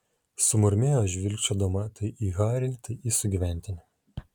sumurmėjo žvilgčiodama tai į harį tai į sugyventinį